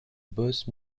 boss